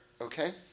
okay